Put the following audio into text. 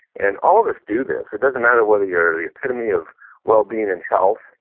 and all of us do this. it doesn't matter whether you're the epitome of well-being and health.